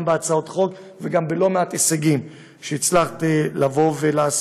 גם בהצעות חוק וגם בלא מעט הישגים שהצלחת להשיג